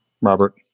Robert